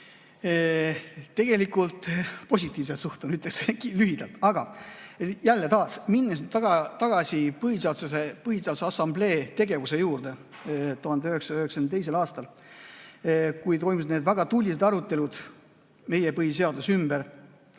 Tegelikult positiivselt suhtun, ütleks lühidalt. Aga lähen jälle tagasi Põhiseaduse Assamblee tegevuse juurde 1992. aastal, kui toimusid need väga tulised arutelud meie põhiseaduse üle,